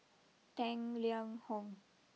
Tang Liang Hong